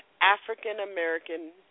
African-American